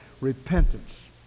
Repentance